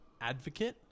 advocate